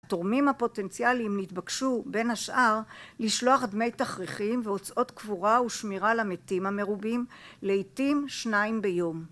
התורמים הפוטנציאליים נתבקשו בין השאר לשלוח דמי תכריכים והוצאות קבורה ושמירה למתים המרובים לעתים שניים ביום